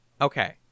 Okay